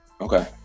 Okay